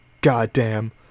goddamn